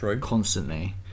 constantly